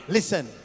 Listen